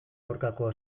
aurkako